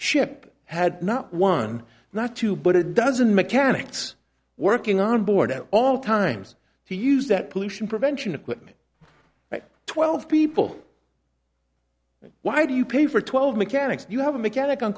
ship had not one not two but a dozen mechanics working on board at all times to use that pollution prevention equipment like twelve people why do you pay for twelve mechanics you have a mechanic on